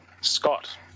Scott